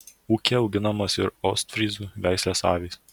ūkyje auginamos ir ostfryzų veislės avys